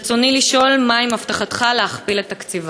רצוני לשאול: מה עם הבטחתך להכפיל את תקציבם?